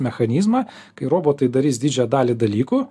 mechanizmą kai robotai darys didžią dalį dalykų